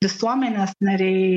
visuomenės nariai